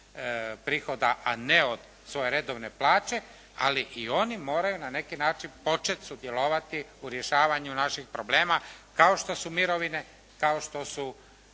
prihoda, a ne od svoje plaće ali i oni moraju na neki način početi sudjelovati u rješavanju naših problema kao što su mirovine, kao što su